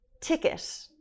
ticket